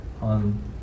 on